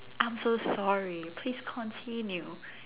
I'm so sorry please continue